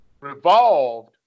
revolved